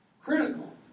Critical